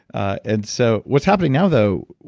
ah and so what's happening now though,